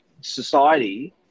society